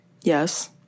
Yes